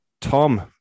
Tom